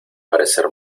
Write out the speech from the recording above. parecer